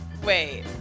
Wait